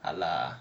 hard lah